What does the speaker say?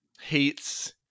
hates